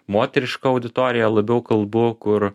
moterišką auditoriją labiau kalbu kur